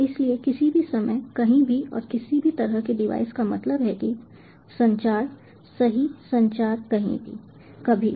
इसलिए किसी भी समय कहीं भी और किसी भी तरह के डिवाइस का मतलब है कि संचार सही संचार कहीं भी कभी भी